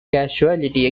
casualty